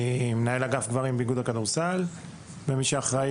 אני מנהל אגף גברים באיגוד הכדורסל ומי שאחראי